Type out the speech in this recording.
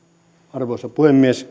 arvoisa puhemies